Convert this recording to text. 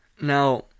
Now